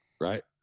Right